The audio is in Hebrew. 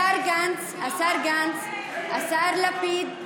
השר גנץ, השר גנץ, השר לפיד,